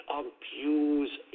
abuse